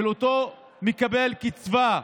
של אותו מקבל קצבה,